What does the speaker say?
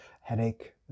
headache